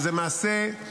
וזה מעשה,